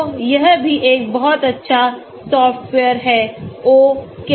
तो यह भी एक बहुत अच्छा सॉफ्टवेयर है Ochem